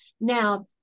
Now